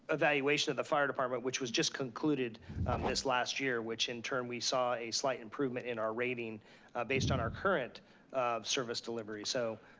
evaluation of the fire department, which was just concluded um this last year, which in turn we saw a slight improvement in our rating based on our current service delivery, so.